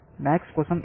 MAX కోసం ఇది